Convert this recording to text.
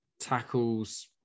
tackles